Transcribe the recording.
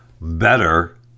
Better